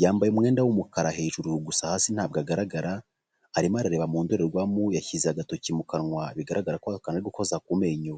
yambaye umwenda w'umukara hejuru, gusa hasi ntabwo agaragara, arimo arareba mu ndorerwamo, yashyize agatoki mu kanwa bigaragara ko hari akanta ari gukoza kumenyo.